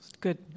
Good